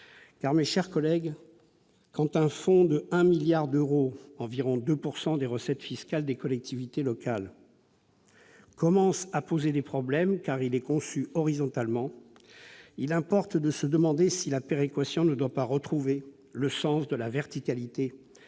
Mes chers collègues, lorsqu'un fonds de 1 milliard d'euros, soit 2 % environ des recettes fiscales des collectivités locales, commence à poser problème en raison de sa conception « horizontale », il importe de se demander si la péréquation ne doit pas retrouver le sens de la verticalité